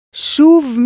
Shuv